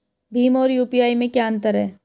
भीम और यू.पी.आई में क्या अंतर है?